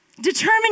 determine